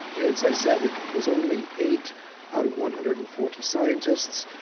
as i said, it was only eight out of one hundred and forty scientists,